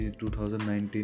2019